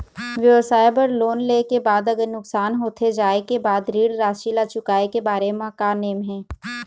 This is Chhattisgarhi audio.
व्यवसाय बर लोन ले के बाद अगर नुकसान होथे जाय के बाद ऋण राशि ला चुकाए के बारे म का नेम हे?